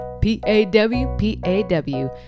P-A-W-P-A-W